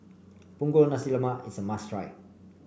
Punggol Nasi Lemak is a must try